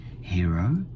hero